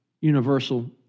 universal